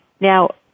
now